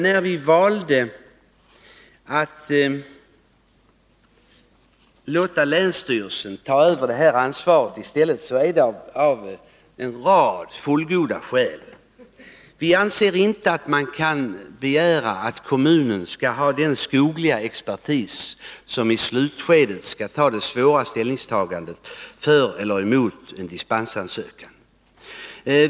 När vi valde att låta länsstyrelsen ta över ansvaret i stället var det av en rad fullgoda skäl. Vi anser inte att man kan begära att kommunen skall ha den skogliga expertis som i slutskedet skall göra det svåra ställningstagandet för eller emot en dispensansökan.